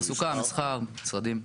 תעסוקה, מסחר, משרדים.